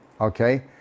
okay